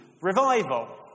revival